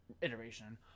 iteration